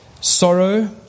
Sorrow